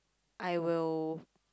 I will